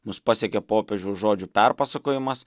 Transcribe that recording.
mus pasiekė popiežiaus žodžių perpasakojimas